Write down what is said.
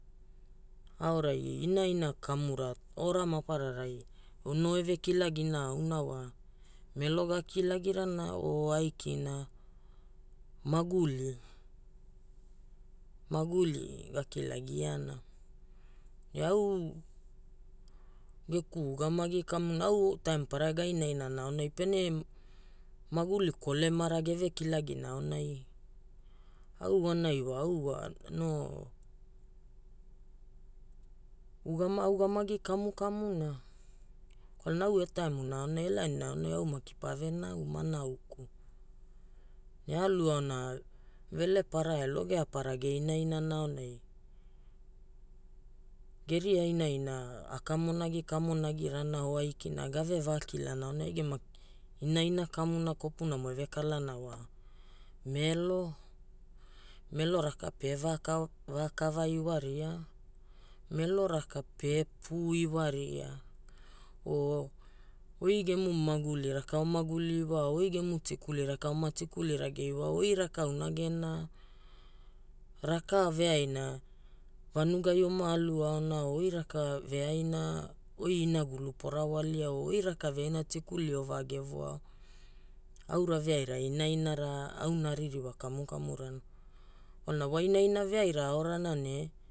Aurai inaina kamura ora mapararai no eve kilagina wa melo ga kilagirana o aikina maguli, maguli ga kilagiana. Au geku ugamagi kamuna au taimu mapararai ga inainana aonai pene maguli kolemara geve kilagina aonai, au wanai wa au wa no a ugamagi kamukamuna. Kwalana au e taimuna aonai, e laanina aonai au maki pa ve nau, ma nauku. Ga alu aona velepara e logeapara ge inainana aonai, geria inaina a kamonagi kamonagirana o aikina ga ve vakilana aonai ai gema inaina kamuna kopunamo eve kalana wa melo. Melo raka pie va kava iwaria, melo raka pie puu iwaria. o oi gemu maguli raka o maguli iwao oi gemu tikuli raka o ma tikuli rage iwao? Oi rakauna gena, raka veaina vanugai o ma alu aona o oi raka veaina oi inagulu po rawalia o oi raka veaina tikuli o va gevo ao? Aura veaira inainara auna a ririwa kamukamurana. Kwalana wa inaina veaira aorana ne